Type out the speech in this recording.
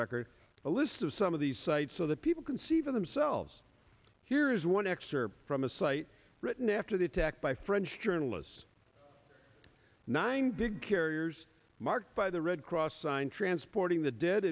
record a list of some of these sites so that people can see for themselves here is one excerpt from a site written after the attack by french journalists nine big carriers marked by the red cross sign transporting the dead